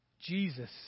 Jesus